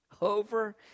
Over